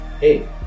hey